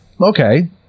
Okay